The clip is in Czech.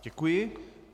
Děkuji.